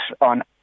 on